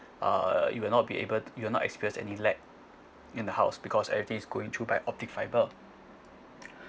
uh it will not be able to you'll not experiencing any lag in the house because everything is going through by optic fibre